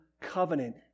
covenant